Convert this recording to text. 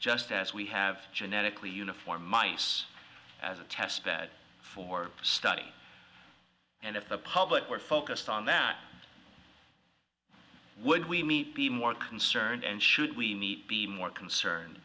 just as we have genetically uniform ice as a test bed for study and if the public were focused on that would we meet be more concerned and should we need be more concerned